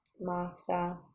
master